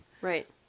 right